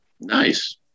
Nice